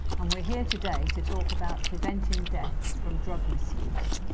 and we're here today to talk about preventing deaths from drug misuse.